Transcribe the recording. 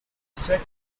set